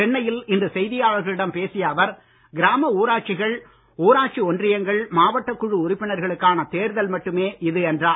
சென்னையில் இன்று செய்தியாளர்களிடம் பேசிய அவர் கிராம ஊராட்சிகள் ஊராட்சி ஒன்றியங்கள் மாவட்டக் குழு உறுப்பினர்களுக்கான தேர்தல் மட்டுமே இது என்றார்